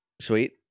Sweet